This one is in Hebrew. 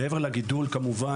מעבר לגידול כמובן,